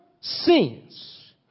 sins